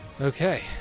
Okay